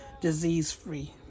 disease-free